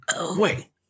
Wait